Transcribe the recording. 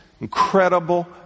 Incredible